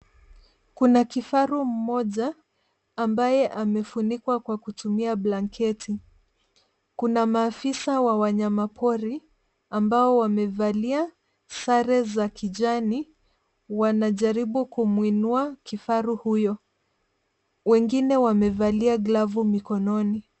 Kuna kifaru mmoja ambaye amefunikwa kwa kutumia blanketi. Kuna maafisa wa wanyamapori ambao wamevalia sare za kijani, wanajaribu kumuinua kifaru huyo. Wengine wamevalia glovu mikononi.